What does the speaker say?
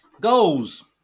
Goals